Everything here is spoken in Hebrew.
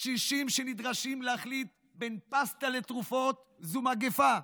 קשישים שנדרשים לבחור בין פסטה לתרופות זה מגפה,